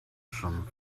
some